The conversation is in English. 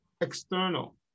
external